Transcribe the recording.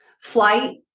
Flight